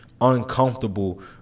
uncomfortable